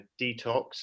detox